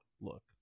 Look